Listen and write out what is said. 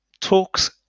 talks